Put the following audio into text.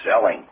selling